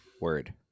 Word